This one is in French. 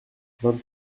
vingt